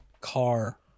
car